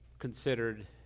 considered